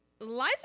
liza